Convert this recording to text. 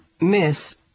Miss